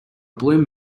blue